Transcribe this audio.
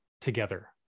together